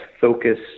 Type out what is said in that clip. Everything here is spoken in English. focus